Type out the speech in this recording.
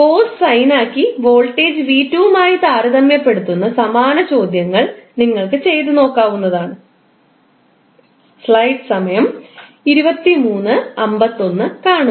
cos സൈനാക്കി voltage 𝑣2 മായി താരതമ്യപ്പെടുത്തുന്ന സമാനമായ ചോദ്യങ്ങൾ നിങ്ങൾക്ക് ചെയ്തു നോക്കാവുന്നതാണ്